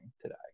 today